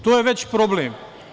To je već problem.